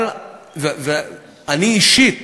ואני אישית